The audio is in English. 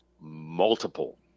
multiple